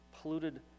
polluted